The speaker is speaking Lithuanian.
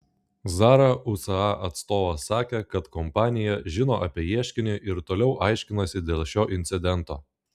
zara usa atstovas sakė kad kompanija žino apie ieškinį ir toliau aiškinasi dėl šio incidento